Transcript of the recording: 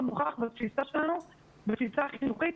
בתוך תהליכים של למידה רגשית-חברתית,